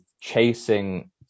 chasing